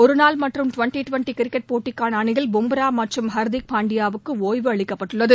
ஒருநாள் மற்றும் twenty twenty cricket போட்டிக்கான அணியில் பும்ரா மற்றும் ஹர்திக் பாண்டியாவுக்கு ஒய்வு அளிக்கப்பட்டுள்ளது